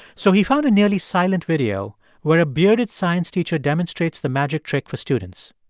so he found a nearly silent video where a bearded science teacher demonstrates the magic trick for students.